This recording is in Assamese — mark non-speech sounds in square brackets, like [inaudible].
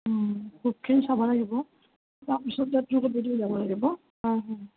চবখিনি চাব লাগিব তাৰ পিছতে [unintelligible] যাব লাগিব অঁ অঁ